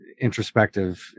introspective